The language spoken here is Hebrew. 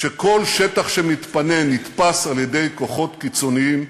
כשכל שטח שמתפנה נתפס על-ידי כוחות קיצוניים,